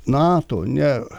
nato ne